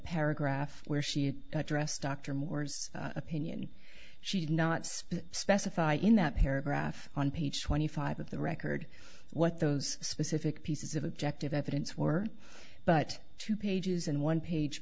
paragraph where she addressed dr moore's opinion she did not speak specify in that paragraph on page twenty five of the record what those specific pieces of objective evidence were but two pages and one page